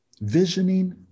Visioning